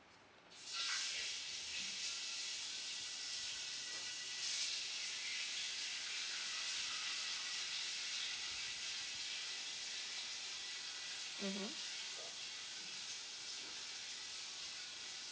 mmhmm